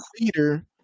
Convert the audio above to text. leader